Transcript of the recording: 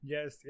Yes